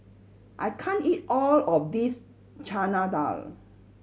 I can't eat all of this Chana Dal